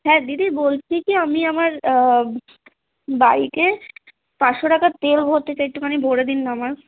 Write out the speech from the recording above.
হ্যাঁ দিদি বলছি কি আমি আমার বাইকে পাঁচশো টাকার তেল ভরতে চাই একটুখানি ভরে দিন না আমায়